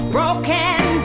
Broken